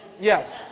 Yes